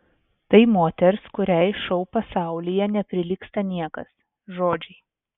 tai moters kuriai šou pasaulyje neprilygsta niekas žodžiai